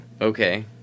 okay